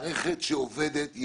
מערכת עובדת,